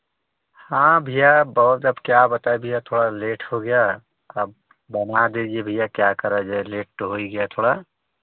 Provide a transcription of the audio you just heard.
हाँ भैया बहुत अब क्या बताए भैया थोड़ा लेट हो गया अब बना दीजिए भैया क्या करा जाए लेट तो हो ही गया थोड़ा